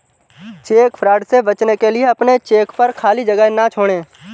check fraud से बचने के लिए अपने चेक पर खाली जगह ना छोड़ें